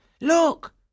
look